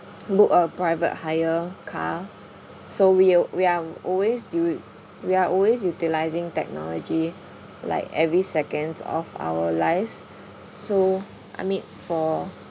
book a private hire car so we'll we are always w~ we are always utilizing technology like every seconds of our lives so I mean for